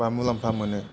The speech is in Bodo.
बा मुलाम्फा मोनो